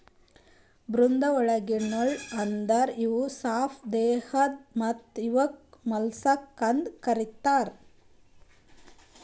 ಮೃದ್ವಂಗಿಗೊಳ್ ಅಂದುರ್ ಇವು ಸಾಪ್ ದೇಹದ್ ಮತ್ತ ಇವುಕ್ ಮೊಲಸ್ಕಾ ಅಂತ್ ಕರಿತಾರ್